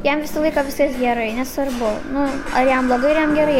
jam visą laiką viskas gerai nesvarbu nu ar jam blogai ar jam gerai